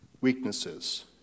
weaknesses